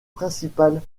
principales